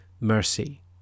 mercy